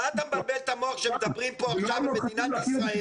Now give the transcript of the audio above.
מה אתה מבלבל את המוח כשמדברים פה על מדינת ישראל,